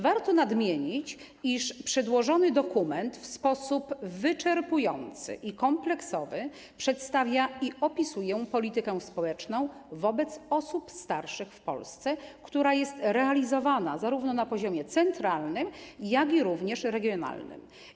Warto nadmienić, iż przedłożony dokument w sposób wyczerpujący i kompleksowy przedstawia i opisuje politykę społeczną wobec osób starszych w Polsce, która jest realizowana zarówno na poziomie centralnym, jak i regionalnym.